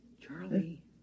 Charlie